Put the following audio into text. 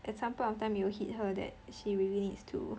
at some point of time it will hit her that she really needs to